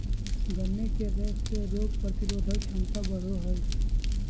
गन्ने के रस से रोग प्रतिरोधक क्षमता बढ़ो हइ